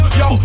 yo